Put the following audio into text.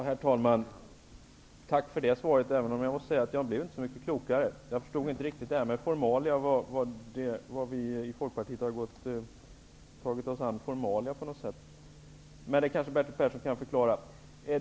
Herr talman! Tack för det svaret, även om jag inte blev så mycket klokare. Jag förstod inte riktigt det där med formalia och hur vi i Folkpartiet skulle ha tagit oss an det. Men det kan kanske Bertil Persson förklara.